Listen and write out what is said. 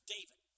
David